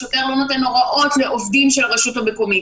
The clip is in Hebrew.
השוטר לא נותן הוראות לעובדים של הרשות המקומית.